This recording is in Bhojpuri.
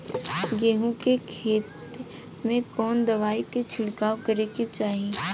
गेहूँ के खेत मे कवने दवाई क छिड़काव करे के चाही?